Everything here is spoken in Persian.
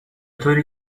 طوری